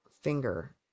finger